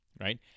right